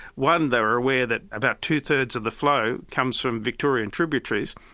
one they were aware that about two-thirds of the flow comes from victorian tributaries,